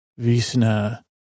Visna